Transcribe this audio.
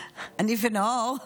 אני ונאור,